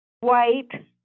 white